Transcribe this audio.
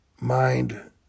mind